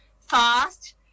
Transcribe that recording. fast